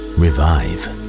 revive